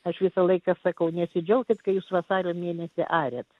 aš visą laiką sakau nesidžiaukit kai jūs vasario mėnesį ariat